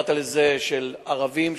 קראת לזה של ערבים,